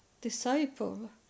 disciple